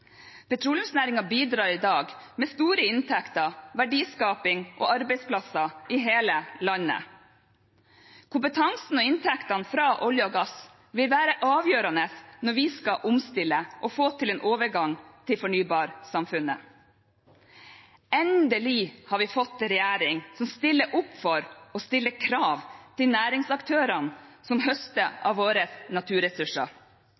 bidrar i dag med store inntekter, verdiskaping og arbeidsplasser i hele landet. Kompetansen og inntektene fra olje og gass vil være avgjørende når vi skal omstille og få til en overgang til fornybarsamfunnet. Endelig har vi fått en regjering som stiller opp for og stiller krav til næringsaktørene som høster